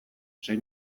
sei